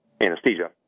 anesthesia